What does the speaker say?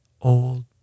old